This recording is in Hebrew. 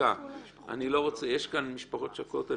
רק שנייה, יש כאן משפחות שכולות.